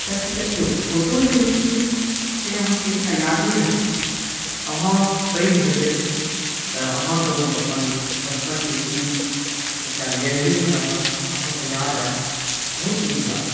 किएकि देखियौ फोटो जे होइ छै से आहाँके एकटा यादे रहत आहाँ पैघ हेबै तऽ आहाँ के ओ अपन बचपनके चीज एकटा गैलरीमे रहत आहाँके याद आयत बहुत नीक लागत